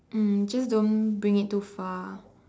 mm just don't bring it too far